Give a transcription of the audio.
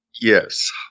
Yes